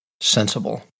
sensible